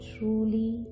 truly